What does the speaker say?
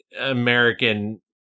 American